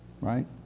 right